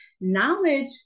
Knowledge